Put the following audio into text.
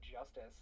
justice